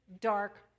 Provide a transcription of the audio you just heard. dark